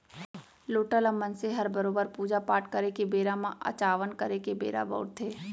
लोटा ल मनसे हर बरोबर पूजा पाट करे के बेरा म अचावन करे के बेरा बउरथे